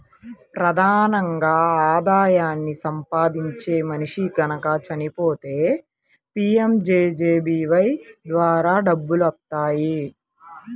ప్రధానంగా ఆదాయాన్ని సంపాదించే మనిషి గనక చచ్చిపోతే పీయంజేజేబీవై ద్వారా డబ్బులొత్తాయి